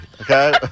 Okay